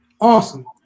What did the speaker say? awesome